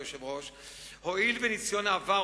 הואיל וניסיון העבר,